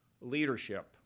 leadership